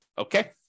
Okay